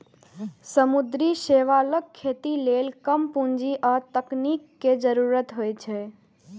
समुद्री शैवालक खेती लेल कम पूंजी आ तकनीक के जरूरत होइ छै